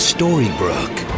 Storybrooke